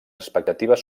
expectatives